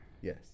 Yes